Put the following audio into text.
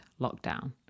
lockdown